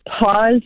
pause